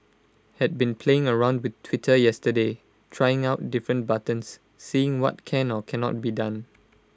had been playing around with Twitter yesterday trying out different buttons seeing what can or cannot be done